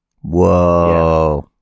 Whoa